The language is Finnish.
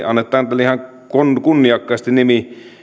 annetaan tälle ihan kunniakkaasti nimi